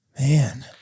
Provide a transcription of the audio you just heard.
Man